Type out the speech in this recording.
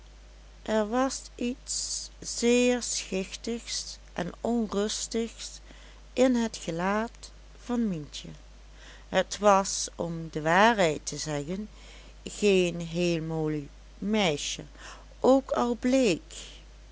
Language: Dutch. er was iets zeer schichtigs en onrustigs in het gelaat van mientje het was om de waarheid te zeggen geen heel mooi meisje ook al bleek